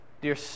Dear